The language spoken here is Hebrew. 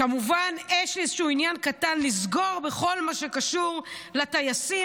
כמובן יש איזשהו עניין קטן לסגור בכל מה שקשור לטייסים,